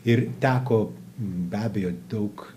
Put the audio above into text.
ir teko be abejo daug